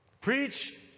preach